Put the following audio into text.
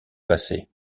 passé